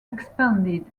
expanded